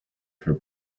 for